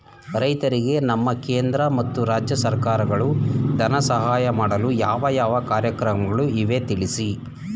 ರೈತರಿಗೆ ನಮ್ಮ ಕೇಂದ್ರ ಮತ್ತು ರಾಜ್ಯ ಸರ್ಕಾರಗಳು ಧನ ಸಹಾಯ ಮಾಡಲು ಯಾವ ಯಾವ ಕಾರ್ಯಕ್ರಮಗಳು ಇವೆ ತಿಳಿಸಿ?